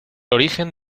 origen